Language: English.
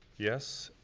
yes.